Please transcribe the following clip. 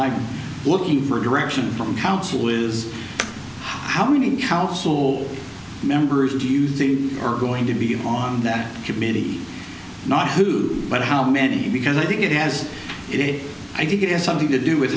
i looking for direction from counsel is how many council members if you thing are going to be on that committee not who but how many because i think it has it i think it is something to do with